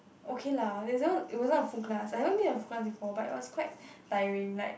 okay lah it wasn't it wasn't a full class I haven't taken a full class before but it was quite tiring like